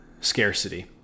scarcity